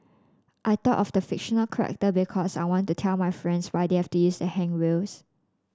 I thought of the fictional character because I want to tell my friends why they have to use the handrails